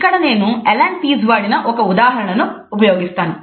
ఇక్కడ నేను Allan Pease వాడిన ఒక ఉదాహరణ ను ఉపయోగిస్తాను